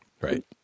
right